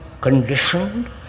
conditioned